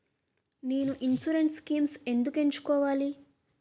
నేను insurance schemes ఎందుకు ఎంచుకోవాలి?